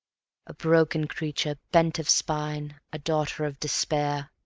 a broken creature, bent of spine, a daughter of despair.